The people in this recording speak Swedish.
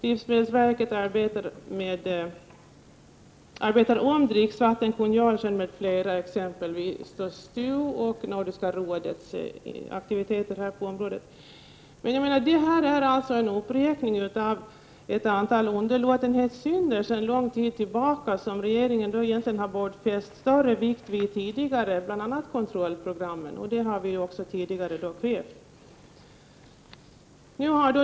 Livsmedelsverket arbetar om dricksvattenkungörelsen m.m. STU och Nordiska rådet har aktiviteter på området. Det här är alltså en uppräkning av ett antal underlåtenhetssynder sedan ett antal år tillbaka som regeringen egentligen borde ha fäst större vikt vid tidigare; bl.a. gäller det kontrollprogrammen. Vi har tidigare krävt sådana.